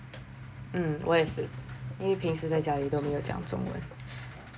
mm 我也是因为平时在家里都没有讲中文: wo ye shi yin wei ping shi zai jia li dou mei you jiang zhong wen